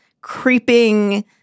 creeping